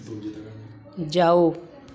जाओ